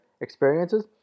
experiences